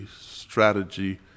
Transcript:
strategy